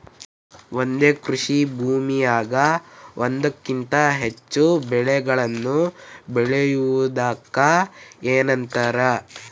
ಒಂದೇ ಕೃಷಿ ಭೂಮಿಯಾಗ ಒಂದಕ್ಕಿಂತ ಹೆಚ್ಚು ಬೆಳೆಗಳನ್ನ ಬೆಳೆಯುವುದಕ್ಕ ಏನಂತ ಕರಿತಾರಿ?